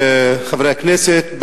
חברי הכנסת,